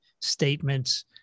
statements